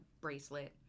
bracelet